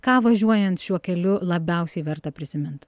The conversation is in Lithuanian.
ką važiuojant šiuo keliu labiausiai verta prisimint